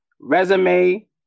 resume